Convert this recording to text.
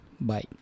Bye